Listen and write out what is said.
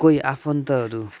कोही आफन्तहरू